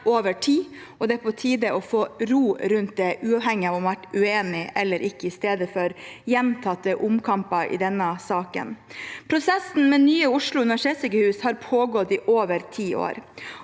det er på tide å få ro rundt det, uavhengig av om man har vært uenig eller ikke, i stedet for gjentatte omkamper i denne saken. Prosessen med nye Oslo universitetssykehus har pågått i over ti år.